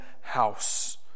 house